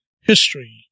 history